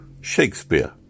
Shakespeare